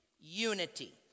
unity